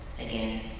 again